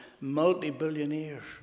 multi-billionaires